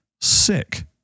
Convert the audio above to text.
sick